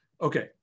Okay